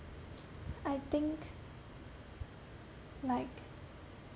I think like